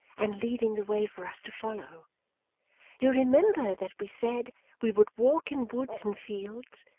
and leading the way for us to follow you remember that we said we would walk in woods and fields,